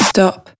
Stop